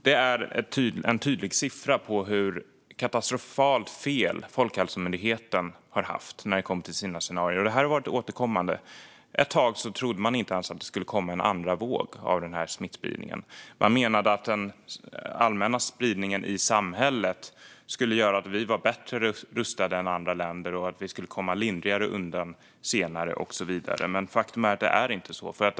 Det är en tydlig siffra på hur katastrofalt fel Folkhälsomyndigheten har haft när det kommer till scenarier, och detta har varit återkommande. Ett tag trodde man inte ens att det skulle komma en andra våg av smittspridningen. Man menade att den allmänna spridningen i samhället skulle göra att vi var bättre rustade än andra länder och att vi skulle komma lindrigare undan senare och så vidare. Faktum är att så är det inte.